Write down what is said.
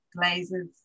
glazes